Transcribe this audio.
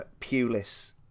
Pulis